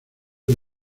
del